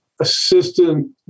Assistant